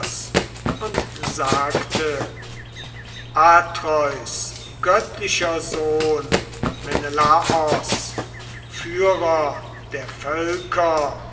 und sagte atreus göttlicher sohn menelaos führer der völker